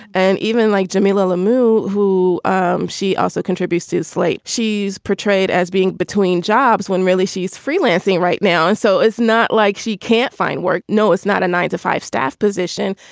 and even like jamilah lemieux, who um she also contributes to slate. she's portrayed as being between jobs when really she's freelancing right now. and so it's not like she can't find work. no, it's not a nine to five staff position,